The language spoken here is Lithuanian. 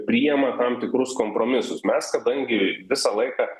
priema tam tikrus kompromisus mes kadangi visą laiką